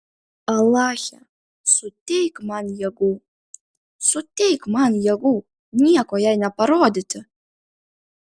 alache suteik man jėgų suteik man jėgų nieko jai neparodyti